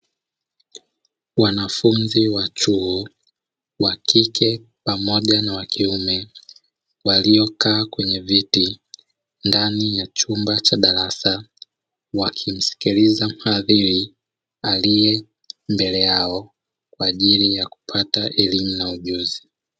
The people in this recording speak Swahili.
Wanafunzi wa chuo wakike pamoja na wakiume, waliokaa kwenye viti ndani ya chumba cha darasa. Wakimskiliza mhadhiri alie mbele yao, kwa ajili ya kupata elimu na ujuzi.